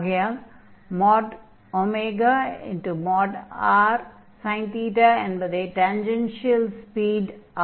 ஆகையால் rsin என்பதே tangential speed ஆகும்